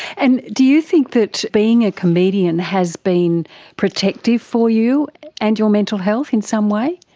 and do you think that being a comedian has been protective for you and your mental health, in some way?